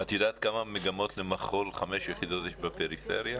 את יודעת כמה מגמות למחול חמש יחידות יש בפריפריה?